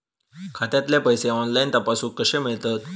खात्यातले पैसे ऑनलाइन तपासुक कशे मेलतत?